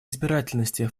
избирательности